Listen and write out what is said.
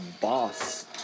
boss